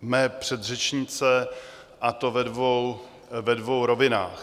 mé předřečnice, a to ve dvou rovinách.